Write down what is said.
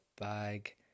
bag